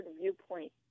viewpoint